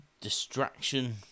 distraction